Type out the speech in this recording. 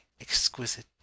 exquisite